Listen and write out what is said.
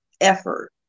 effort